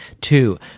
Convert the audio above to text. Two